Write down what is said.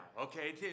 okay